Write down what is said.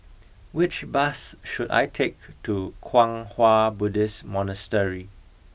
which bus should I take to Kwang Hua Buddhist Monastery